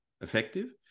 effective